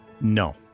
No